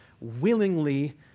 willingly